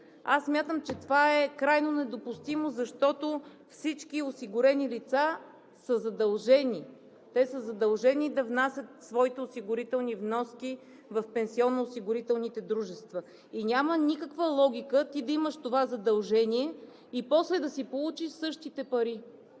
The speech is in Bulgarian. Смятам, че това е крайно недопустимо, защото всички осигурени лица са задължени да внасят своите осигурителни вноски в пенсионноосигурителните дружества. Няма никаква логика ти да имаш това задължение и после да си получиш същите пари